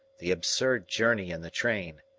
the absurd journey in the train,